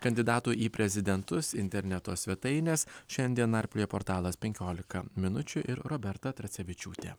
kandidatų į prezidentus interneto svetaines šiandien narplioja portalas penkiolika minučių ir roberta tracevičiūtė